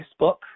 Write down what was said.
Facebook